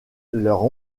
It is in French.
leur